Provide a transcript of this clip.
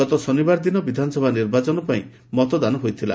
ଗତ ଶନିବାର ଦିନ ବିଧାନସଭା ନିର୍ବାଚନ ପାଇଁ ମତଦାନ ହୋଇଥିଲା